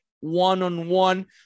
one-on-one